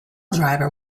driver